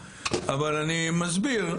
אבל אני מסביר,